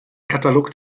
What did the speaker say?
katalog